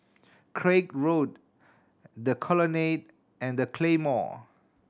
Craig Road The Colonnade and The Claymore